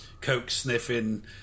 coke-sniffing